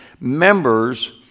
members